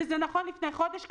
וזה נכון ללפני חודש.